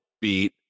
beat